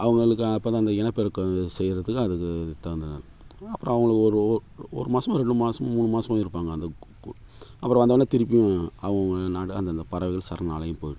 அவங்களுக்கு அப்போதான் இந்த இனப்பெருக்கம் செய்கிறதுக்கு அதுக்கு தகுந்தனால் அப்புறம் அவங்களும் ஒரு ஒ ஒரு மாதமோ ரெண்டு மாதமோ மூணு மாதமோ இருப்பாங்க அந்த கு அப்புறம் வந்தோன்னே திருப்பியும் அவங்க நாடு அந்தந்த பறவைகள் சரணாலயம் போய்விடும்